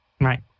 Right